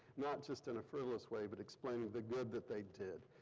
not just in a frivolous way, but explaining the good that they did.